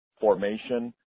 formation